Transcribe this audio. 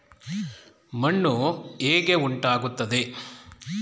ಮಣ್ಣು ಹೇಗೆ ಉಂಟಾಗುತ್ತದೆ?